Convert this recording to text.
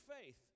faith